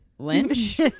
lynch